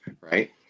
Right